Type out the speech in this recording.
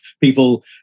people